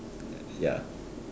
ya